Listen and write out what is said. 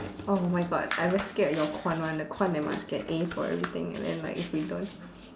oh my god I very scared your 款 [one] the 款 that must get A for everything and then like if you don't